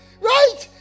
Right